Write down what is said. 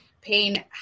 pain